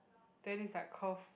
then it's like curve